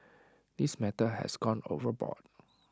this matter has gone overboard